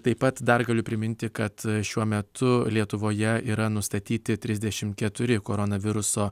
taip pat dar galiu priminti kad šiuo metu lietuvoje yra nustatyti trisdešim keturi koronaviruso